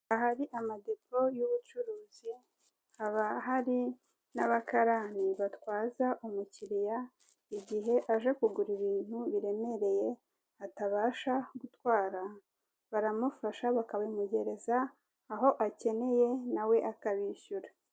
Ahari amadepo y'ubucuruzi haba hari n'abakarani batwaza umukiliya igihe aje kugura ibintu biremereye atabasha gutwara, baramufasha bakabimugereza aho akeneye, nawe akabishyura.